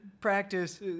practice –